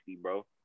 bro